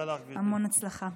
המון הצלחה.